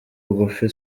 bugufi